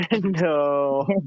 no